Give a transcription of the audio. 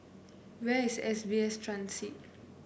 where is S B S Transit